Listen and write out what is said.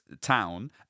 town